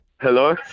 Hello